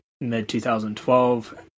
mid-2012